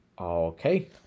Okay